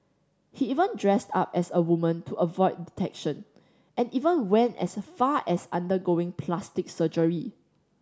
he even dressed up as a woman to avoid detection and even went as far as undergoing plastic surgery